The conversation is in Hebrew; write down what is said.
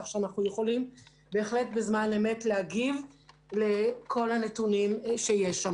כך שאנחנו יכולים בהחלט בזמן אמת להגיב לכל הנתונים שיש שם.